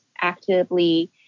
actively